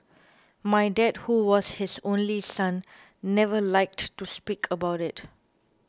my dad who was his only son never liked to speak about it